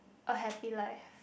a happy life